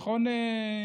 נכון,